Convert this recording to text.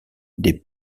des